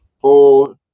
Four